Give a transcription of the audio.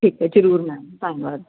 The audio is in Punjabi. ਠੀਕ ਐ ਜਰੂਰ ਮੈਮ ਧੰਨਵਾਦ